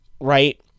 right